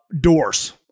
doors